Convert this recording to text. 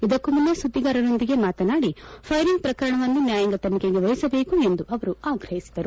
ಇದಕ್ಕೂ ಮುನ್ನ ಸುದ್ದಿಗಾರರೊಂದಿಗೆ ಮಾತನಾಡಿ ಫೈರಿಂಗ್ ಪ್ರಕರಣವನ್ನು ನ್ಯಾಯಾಂಗ ತನಿಖೆಗೆ ವಹಿಸಬೇಕು ಎಂದು ಆಗ್ರಹಿಸಿದರು